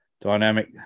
dynamic